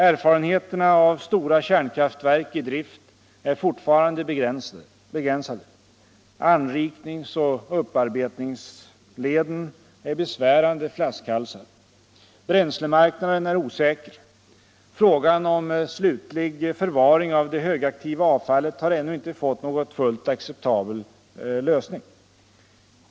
Erfarenheterna av stora kärnkraftsverk i drift är fortfarande begränsade. Anrikningsoch upparbetningsleden är besvärande flaskhalsar. Bränslemarknaden är osäker. Frågan om slutlig förvaring av det högaktiva avfallet har ännu inte fått någon fullt acceptabel lösning.